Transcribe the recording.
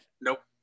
Nope